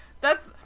that's-